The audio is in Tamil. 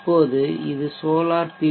இப்போது இது சோலார் பி